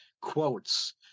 quotes